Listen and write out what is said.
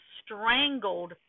strangled